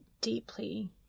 deeply